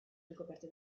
ricoperte